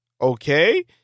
okay